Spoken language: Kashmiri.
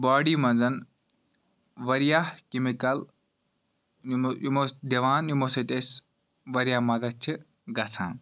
باڈی مَنٛز واریاہ کیٚمِکَل یِمو یِمو دِوان یِمو سۭتۍ أسۍ واریاہ مَدَد چھِ گَژھان